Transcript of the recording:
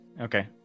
okay